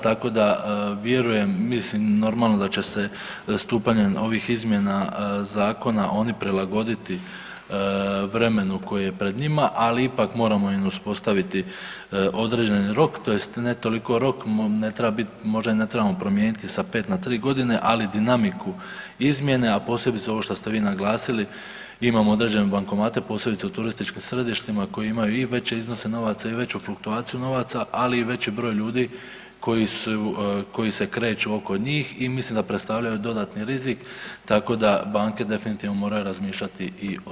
Tako da vjerujem, mislim normalno da će se stupanjem ovih izmjena zakona oni prilagoditi vremenu koje je pred njima, ali ipak moramo im uspostaviti određeni rok tj. ne toliko rok možda ne trebamo promijeniti sa pet na tri godine, ali dinamiku izmjene, a posebice ovo što ste vi naglasili imamo određene bankomate, posebice u turističkim središtima koji imaju i veće iznose novaca i veću fluktuaciju novaca, ali i veći broj ljudi koji se kreću oko njih i mislim da predstavljaju dodatni rizik, tako da banke definitivno moraju razmišljati i o tome.